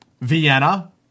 Vienna